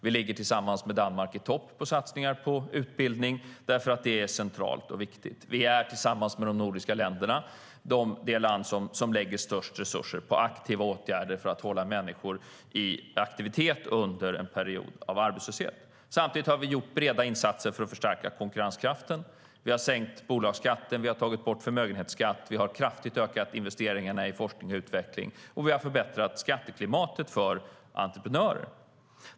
Vi ligger tillsammans med Danmark i topp när det gäller satsningar på utbildning, för det är centralt och viktigt. Vi är tillsammans med de nordiska länderna det land som lägger störst resurser på aktiva åtgärder för att hålla människor i aktivitet under en period av arbetslöshet. Samtidigt har vi gjort breda insatser för att förstärka konkurrenskraften. Vi har sänkt bolagsskatten, tagit bort förmögenhetsskatt och kraftigt ökat investeringarna i forskning och utveckling, och vi har förbättrat skatteklimatet för entreprenörer.